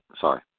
Sorry